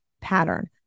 pattern